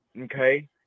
Okay